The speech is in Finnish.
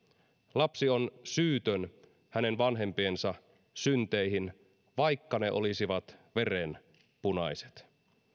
lapsi on syytön vanhempiensa synteihin vaikka ne olisivat verenpunaiset